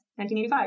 1985